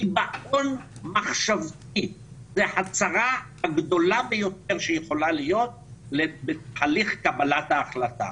קיבעון מחשבתי זו הצרה הגדולה ביותר שיכולה להיות להליך קבלת ההחלטות.